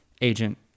agent